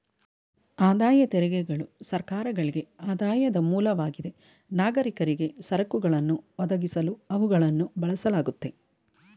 ಆದಾಯ ತೆರಿಗೆಗಳು ಸರ್ಕಾರಗಳ್ಗೆ ಆದಾಯದ ಮೂಲವಾಗಿದೆ ನಾಗರಿಕರಿಗೆ ಸರಕುಗಳನ್ನ ಒದಗಿಸಲು ಅವುಗಳನ್ನ ಬಳಸಲಾಗುತ್ತೆ